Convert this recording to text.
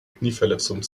knieverletzung